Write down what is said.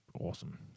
awesome